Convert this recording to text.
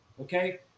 Okay